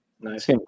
Nice